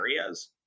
areas